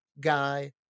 guy